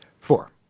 Four